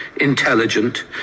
intelligent